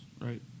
right